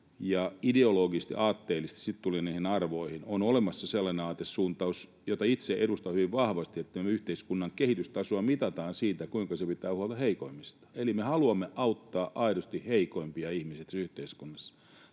Ja ideologisesti, aatteellisesti sitten tullaan näihin arvoihin. On olemassa sellainen aatesuuntaus, jota itse edustan hyvin vahvasti, että yhteiskunnan kehitystasoa mitataan sillä, kuinka se pitää huolta heikoimmista. Eli me haluamme auttaa aidosti heikoimpia ihmisiä tässä yhteiskunnassa.